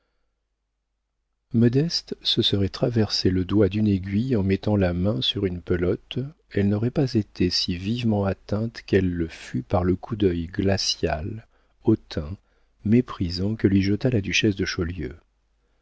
modeste se serait traversé le doigt d'une aiguille en mettant la main sur une pelote elle n'aurait pas été si vivement atteinte qu'elle le fut par le coup d'œil glacial hautain méprisant que lui jeta la duchesse de chaulieu